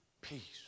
Peace